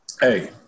hey